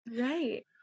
Right